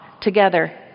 together